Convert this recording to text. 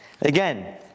again